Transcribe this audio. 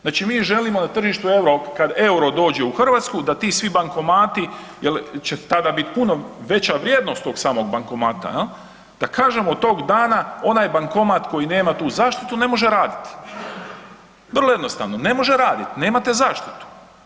Znači mi želimo na tržištu kad euro dođe u Hrvatsku da svi ti bankomati, jel će tada biti puno veća vrijednost tog samog bankomata, da kažemo od tog dana onaj bankomat koji nema tu zaštitu ne može raditi, vrlo jednostavno, ne može raditi, nemate zaštitu.